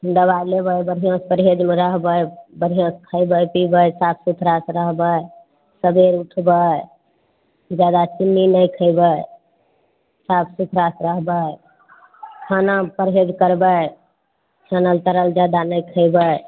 दबाइ लेबै तऽ बढ़िआँ सँ परहेजमे रहबै बढ़िआँ से खयबै पिबै बढ़िऑं से साफ सुथड़ा से रहबै सबेर उठबै जादा चिन्नी नहि खैबै साफ सुथड़ा से रहबै खानामे परहेज करबै छानल तरल जादा नहि खैबै